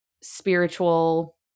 spiritual